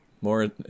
more